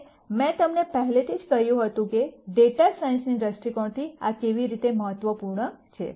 અને મેં તમને પહેલેથી જ કહ્યું હતું કે ડેટા સાયન્સના દૃષ્ટિકોણથી આ કેવી રીતે મહત્વપૂર્ણ છે